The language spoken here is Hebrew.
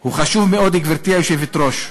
הוא חשוב מאוד, גברתי היושבת-ראש,